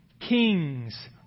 kings